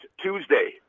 Tuesday